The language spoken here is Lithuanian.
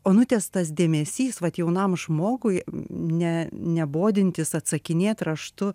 onutės tas dėmesys vat jaunam žmogui ne nebodintis atsakinėt raštu